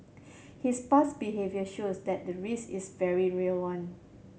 his past behaviour shows that the risk is a very real one